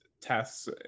tests